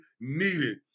needed